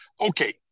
Okay